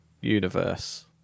universe